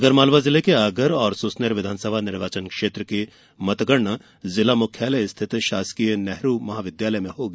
आगरमालवा जिले के आगर और सुसनेर विधानसभा निर्वाचन की मतगणना जिला मुख्यालय स्थित शासकीय नेहरू महाविद्यालय में होगी